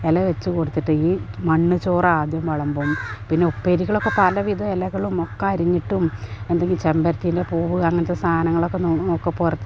ഇല വെച്ചു കൊടുത്തിട്ട് ഈ മണ്ണു ചോറാദ്യം വിളമ്പും പിന്നെ ഉപ്പേരികളൊക്കെ പല വിധം ഇലകളും ഒക്കെ അരിഞ്ഞിട്ടും എന്തെങ്കിലും ചെമ്പരത്തീൻ്റെ പൂവ് അങ്ങനത്തെ സാധനങ്ങളൊക്കെ നോ പൊറ